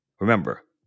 Remember